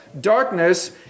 darkness